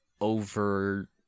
over